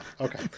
Okay